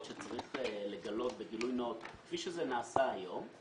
שצריך לגלות בגילוי נאות כפי שזה נעשה היום,